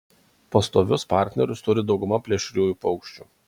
pastovius partnerius turi dauguma plėšriųjų paukščių